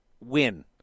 win